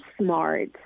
smart